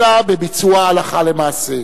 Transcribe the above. אלא בביצועה הלכה למעשה.